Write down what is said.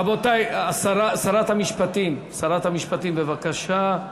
רבותי, שרת המשפטים, בבקשה.